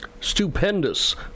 Stupendous